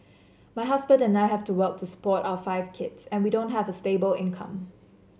my husband and I have to work to support our five kids and we don't have a stable income